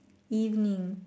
evening